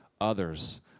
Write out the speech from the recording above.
others